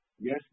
yes